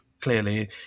clearly